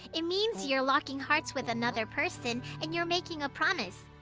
it means you are locking hearts with another person and you are making a promise.